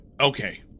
Okay